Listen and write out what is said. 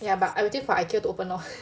ya but I waiting for ikea to open lor